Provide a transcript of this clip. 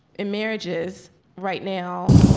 in marriages right now,